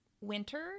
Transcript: winter